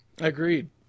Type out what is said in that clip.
Agreed